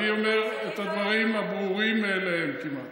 אני אומר את הדברים הברורים מאליהם כמעט.